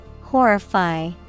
Horrify